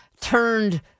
turned